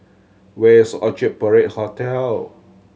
where is Orchard Parade Hotel